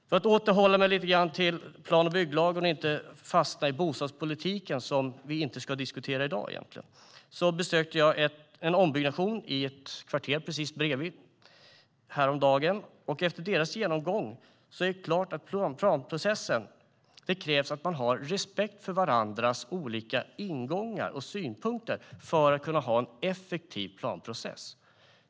Jag ska hålla mig till plan och bygglagen och inte fastna i bostadspolitiken, som vi inte ska diskutera i dag. Häromdagen besökte jag en ombyggnation i ett kvarter här bredvid. Efter deras genomgång stod det klart att man måste ha respekt för varandras olika ingångar och synpunkter om man ska kunna ha en effektiv planprocess.